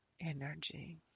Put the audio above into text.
energy